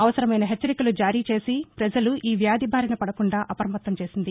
అవసరమైన హెచ్చరికలు జారీ చేసి ప్రజలు ఈ వ్యాధి బారిన పడకుండా అప్రమత్తం చేసింది